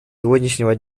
сегодняшнего